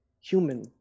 human